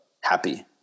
happy